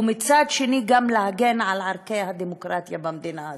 ומצד שני גם להגן על ערכי הדמוקרטיה במדינה הזאת.